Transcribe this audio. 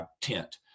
tent